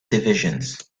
divisions